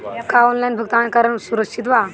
का ऑनलाइन भुगतान करल सुरक्षित बा?